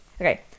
okay